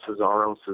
Cesaro